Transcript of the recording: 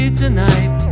tonight